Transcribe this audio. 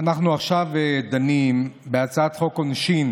אנחנו עכשיו דנים בהצעת חוק העונשין